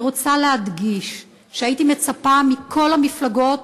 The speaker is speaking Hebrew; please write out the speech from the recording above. אני רוצה להדגיש שהייתי מצפה מכל המפלגות